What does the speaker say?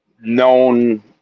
known